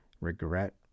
regret